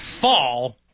Fall